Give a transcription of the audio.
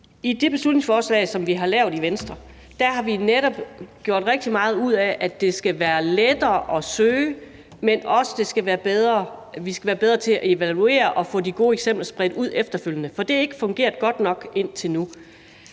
I det beslutningsforslag, som vi har lavet i Venstre, har vi netop gjort rigtig meget ud af, at det skal være lettere at søge, men også at vi skal være bedre til at evaluere og få de gode eksempler spredt ud efterfølgende. For det har ikke fungeret godt nok indtil nu.